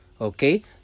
okay